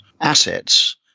assets